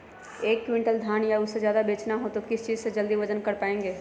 एक क्विंटल धान या उससे ज्यादा बेचना हो तो किस चीज से जल्दी वजन कर पायेंगे?